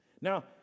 now